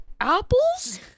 apples